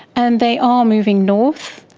and they are moving north.